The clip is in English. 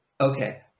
okay